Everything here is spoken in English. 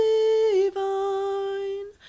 divine